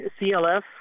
CLF